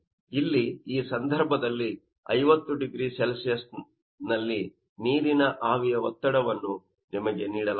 ಇಲ್ಲಿ ಈ ಸಂದರ್ಭದಲ್ಲಿ 50 0C ನಿಲ್ಲಿ ನೀರಿನ ಆವಿಯ ಒತ್ತಡವನ್ನು ನಿಮಗೆ ನೀಡಲಾಗಿದೆ